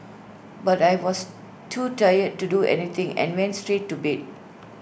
but I was too tired to do anything and went straight to bed